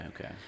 okay